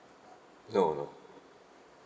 no no